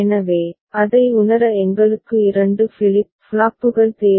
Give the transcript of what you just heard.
எனவே அதை உணர எங்களுக்கு 2 ஃபிளிப் ஃப்ளாப்புகள் தேவை